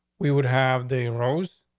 we would have the rose.